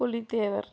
Pulithevar